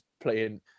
playing